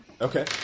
Okay